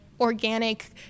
organic